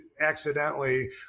accidentally